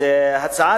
הצעה